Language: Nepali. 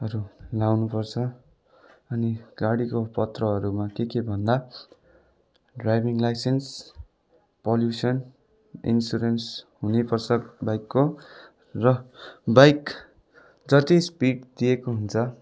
हरू लाउनुपर्छ अनि गाडीको पत्रहरूमा के के भन्दा ड्राइभिङ लाइसेन्स पल्युसन इन्सुरेन्स हुनैपर्छ बाइकको र बाइक जति स्पिड दिएको हुन्छ